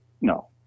no